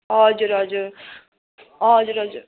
हजुर हजुर हजुर हजुर